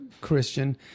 Christian